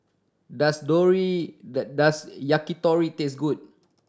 does does Yakitori taste good